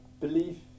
belief